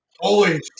Holy